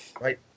Right